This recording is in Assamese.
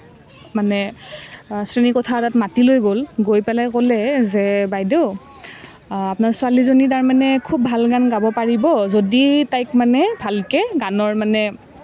মানে শ্ৰেণীকোঠা এটাত মাতি লৈ গ'ল গৈ পেলাই ক'লে যে বাইদেউ আপোনাৰ ছোৱালীজনী তাৰমানে খুব ভাল গান গাব পাৰিব যদি তাইক মানে ভালকৈ গানৰ মানে